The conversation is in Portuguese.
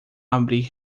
abrir